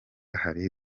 hari